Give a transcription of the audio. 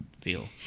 feel